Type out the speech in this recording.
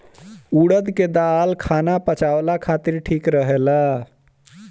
उड़द के दाल खाना पचावला खातिर ठीक रहेला